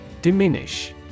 Diminish